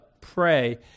pray